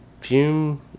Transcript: Fume